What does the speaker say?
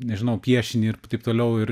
nežinau piešinį ir p taip toliau ir